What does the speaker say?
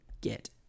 get